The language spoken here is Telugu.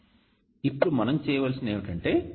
మనం ఇప్పుడు చేయవలసింది ఏమిటంటే